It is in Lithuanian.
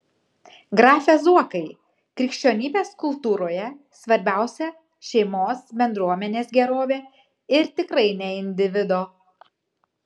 grafe zuokai krikščionybės kultūroje svarbiausia šeimos bendruomenės gerovė ir tikrai ne individo